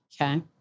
Okay